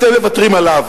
אתם מוותרים עליו,